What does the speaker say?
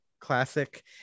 classic